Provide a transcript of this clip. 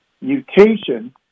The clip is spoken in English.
mutation